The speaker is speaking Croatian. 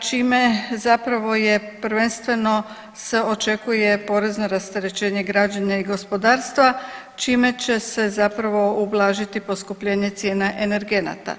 čime se zapravo je prvenstveno se očekuje porezno rasterećenje građana i gospodarstva čime će se zapravo ublažiti poskupljenje cijena energenata.